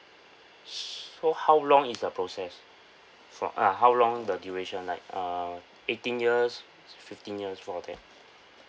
so how long is the process fro~ uh how long the duration like uh eighteen years fifteen years for that